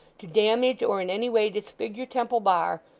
to damage or in any way disfigure temple bar,